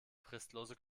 fristlose